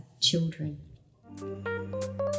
children